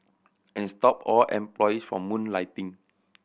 and stop all employees from moonlighting